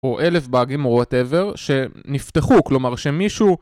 או אלף באגים או וואטאבר, שנפתחו, כלומר שמישהו...